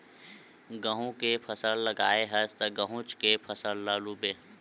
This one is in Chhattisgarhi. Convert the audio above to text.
गहूँ के फसल लगाए हस त गहूँच के फसल ल लूबे